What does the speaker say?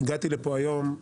הגעתי לפה היום,